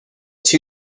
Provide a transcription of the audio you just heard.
two